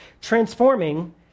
transforming